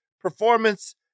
performance